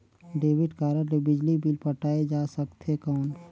Debit card ले बिजली bill पटाय जा सकथे कौन?